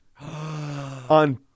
on